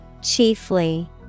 Chiefly